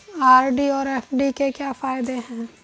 RD और FD के क्या फायदे हैं?